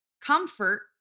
comfort